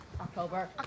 October